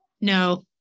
No